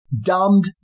dumbed